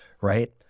right